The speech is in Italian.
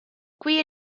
qui